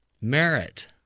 Merit